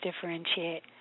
differentiate